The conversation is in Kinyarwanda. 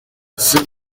ese